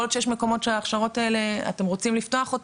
יכול להיות שיש מקומות שאתם רוצים לפתוח את